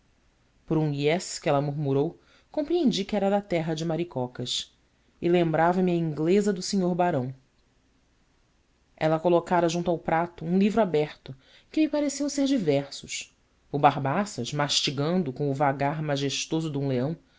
por um yes que ela murmurou compreendi que era da terra de maricocas e lembrava-me a inglesa do senhor barão ela colocara junto ao prato um livro aberto que me pareceu ser de versos o barbaças mastigando com o vagar majestoso de um leão